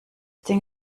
ding